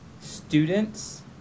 students